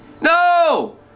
No